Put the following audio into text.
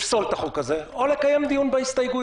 לפסול את החוק הזה, או לקיים דיון בהסתייגויות.